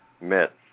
met